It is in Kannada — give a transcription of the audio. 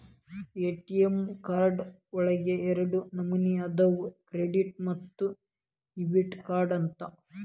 ಎ.ಟಿ.ಎಂ ಕಾರ್ಡ್ ಒಳಗ ಎರಡ ನಮನಿ ಅದಾವ ಕ್ರೆಡಿಟ್ ಮತ್ತ ಡೆಬಿಟ್ ಕಾರ್ಡ್ ಅಂತ